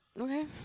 Okay